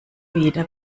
wieder